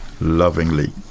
lovingly